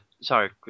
sorry